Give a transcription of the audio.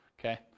okay